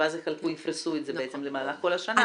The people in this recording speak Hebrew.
ואז יפרסו את זה במהלך כל השנה.